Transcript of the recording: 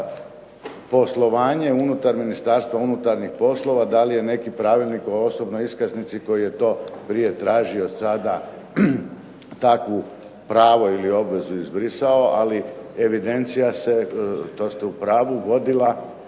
poslovanje unutar Ministarstva unutarnjih poslova da li je neki pravilnik o osobnoj iskaznici koji je to prije tražio sada takvo pravo ili obvezu izbrisao, ali evidencija se to ste u pravu vodila